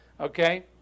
Okay